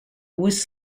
was